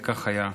וכך היה.